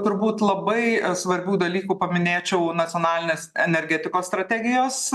turbūt labai svarbių dalykų paminėčiau nacionalinės energetikos strategijos